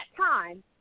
time